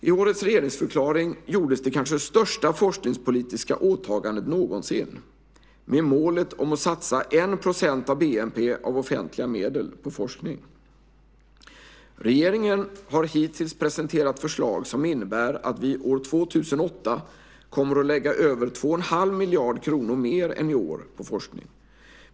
I årets regeringsförklaring gjordes det kanske största forskningspolitiska åtagandet någonsin med målet om att satsa 1 % av bnp av offentliga medel på forskning. Regeringen har hittills presenterat förslag som innebär att vi år 2008 kommer att lägga över 2 1⁄2 miljard kronor mer än i år på forskning.